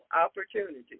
opportunity